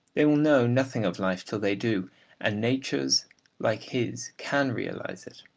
they will know nothing of life till they do and natures like his can realise it.